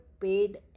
paid